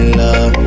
love